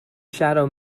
shadow